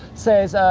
says,